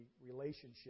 relationship